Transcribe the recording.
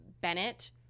Bennett